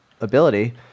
ability